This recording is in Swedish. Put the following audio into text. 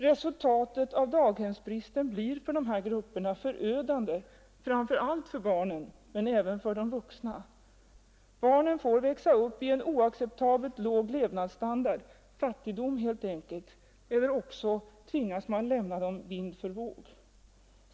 Resultatet av daghemsbristen blir i de här grupperna förödande, framför allt för barnen men även för de vuxna. Barnen får antingen växa upp i en oacceptabelt låg levnadsstandard — fattigdom helt enkelt — eller lämnas mer eller mindre vind för våg.